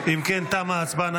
אם כן, תמה ההצבעה.